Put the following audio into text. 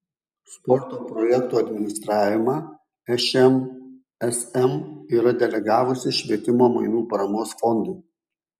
sporto projektų administravimą šmsm yra delegavusi švietimo mainų paramos fondui